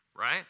right